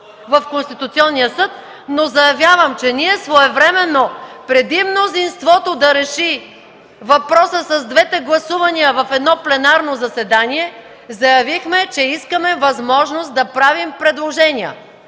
в Конституционния съд, но заявявам, че ние своевременно, преди мнозинството да реши въпроса с двете гласувания в едно пленарно заседание, заявихме, че искаме възможност да правим предложения.